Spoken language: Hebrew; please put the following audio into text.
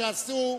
שעשו,